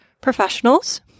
professionals